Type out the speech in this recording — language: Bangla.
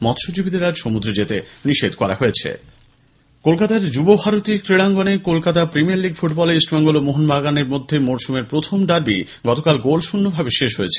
মৎস্যজীবিদের আজ সমুদ্রে যেতে নিষেধ করা যুবভারতী ক্রীড়াঙ্গনে কলকাতা প্রিমিয়ার লীগ ফুটবলে ইস্টবেঙ্গল মোহনবাগানের মধ্যে মরশুমের প্রথম ডার্বি গতকাল গোলশূন্যভাবে শেষ হয়েছে